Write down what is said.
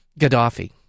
Gaddafi